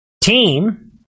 team